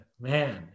Man